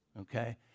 okay